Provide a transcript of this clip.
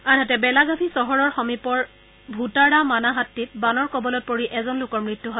আনহাতে বেলাগাভি চহৰৰ সমীপৰ ভূটাৰামানাহাটীত বানৰ কবলত পৰি এজন লোকৰ মৃত্যু হয়